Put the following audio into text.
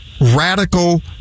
radical